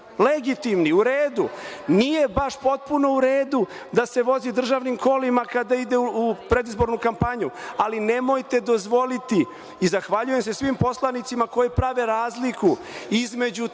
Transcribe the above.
Legitimni, u redu. Nije baš potpuno u redu da se vozi državnim kolima kada ide u predizbornu kampanju, ali nemojte dozvoliti. Zahvaljujem se svim poslanicima koji prave razliku, između